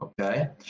okay